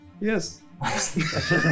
yes